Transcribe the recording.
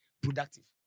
productive